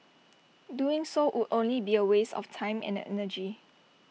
doing so would only be A waste of time and energy